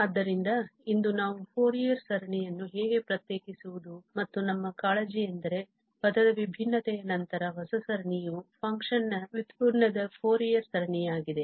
ಆದ್ದರಿಂದ ಇಂದು ನಾವು ಫೋರಿಯರ್ ಸರಣಿಯನ್ನು ಹೇಗೆ ಪ್ರತ್ಯೇಕಿಸುವುದು ಮತ್ತು ನಮ್ಮ ಕಾಳಜಿಯೆಂದರೆ ಪದದ ವಿಭಿನ್ನತೆಯ ನಂತರ ಹೊಸ ಸರಣಿಯು ಫಂಕ್ಷನ್ನ ವ್ಯುತ್ಪನ್ನದ ಫೋರಿಯರ್ ಸರಣಿಯಾಗಿದೆ